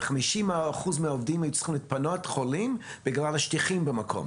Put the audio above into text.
ו-50% מהעובדים היו צריכים להתפנות חולים בגלל השטיחים במקום.